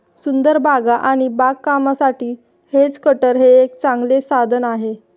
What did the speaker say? सुंदर बागा आणि बागकामासाठी हेज कटर हे एक चांगले साधन आहे